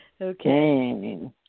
Okay